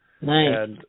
Nice